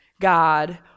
God